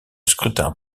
scrutin